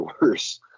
worse